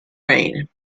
rain